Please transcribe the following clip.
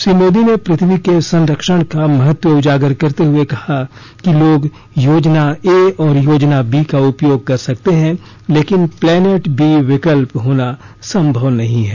श्री मोदी ने प्रथ्वी के सरक्षण का महत्व उजागर करते हुए कहा कि लोग योजना ए और योजना बी का उपयोग कर सकते हैं लेकिन प्लेनेट बी विकल्प होना संभव नहीं है